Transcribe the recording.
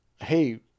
hey